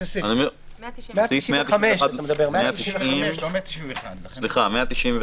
אתה מדבר על סעיף 195. סליחה, 195